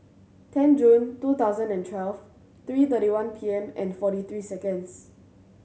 ten June two thousand and twelve three thirty one P M and forty three seconds